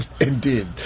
Indeed